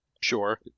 Sure